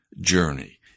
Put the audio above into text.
journey